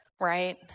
right